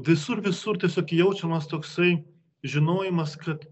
visur visur tiesiog jaučiamas toksai žinojimas kad